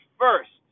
first